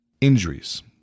injuries